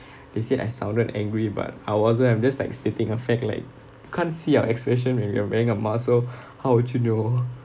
they said I sounded angry but I wasn't I'm just like stating a fact like can't see our expression when we are wearing a mask so how would you know